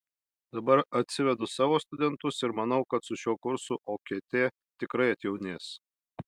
dabar atsivedu savo studentus ir manau kad su šiuo kursu okt tikrai atjaunės